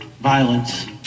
violence